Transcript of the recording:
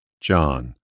John